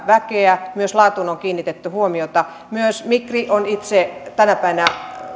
väkeä myös laatuun on kiinnitetty huomiota myös migri on itse tänä päivänä